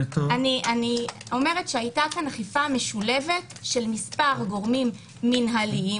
היתה כאן אכיפה משולבת גם של מספר גורמים מנהליים,